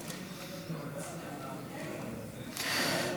הסתייגות 11 לא נתקבלה.